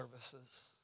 services